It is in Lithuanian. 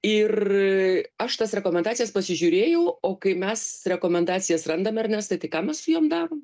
ir aš tas rekomendacijas pasižiūrėjau o kai mes rekomendacijas randam ernestai tai ką mes su jom darom